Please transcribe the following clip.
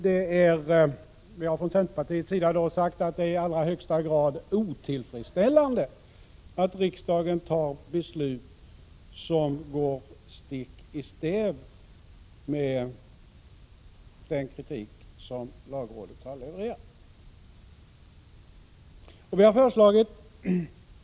Centerpartiet har framhållit att det är i högsta grad otillfredsställande att riksdagen fattar beslut som går stick i stäv mot den kritik som lagrådet har levererat.